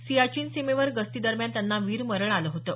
सियाचीन सीमेवर गस्ती दरम्यान त्यांना वीरमरण आलं होतं